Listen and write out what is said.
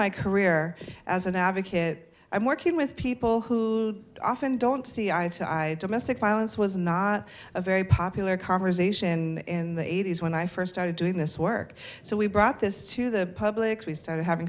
my career as an advocate i'm working with people who often don't see eye to eye domestic violence was not a very popular conversation in the eighty's when i first started doing this work so we brought this to the public we started having